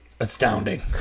Astounding